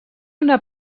una